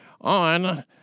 on